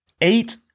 eight